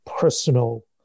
personal